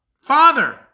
Father